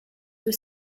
were